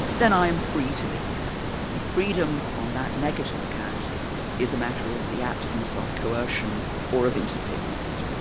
then i am free to leave, and freedom on that negative account is a matter of the absence of coercion or of interference.